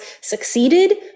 succeeded